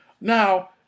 Now